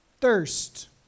thirst